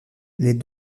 les